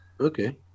okay